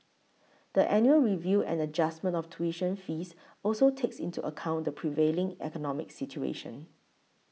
the annual review and adjustment of tuition fees also takes into account the prevailing economic situation